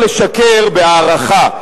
אי-אפשר לשקר בהערכה.